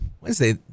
Wednesday